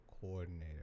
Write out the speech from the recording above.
coordinator